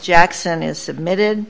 jackson is submitted